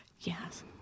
Yes